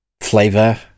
flavor